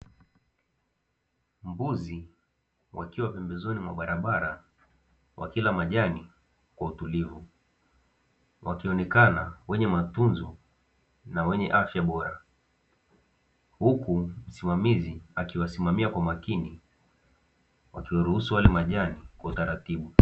Mbuzi wakiwa pembezoni mwa barabara wakila majani kwa utulivu, wakionekana wenye matunzo na afya bora huku msimamizi akiwasimamia kwa makini akiwaruhusu wale majani kwa utaratibu.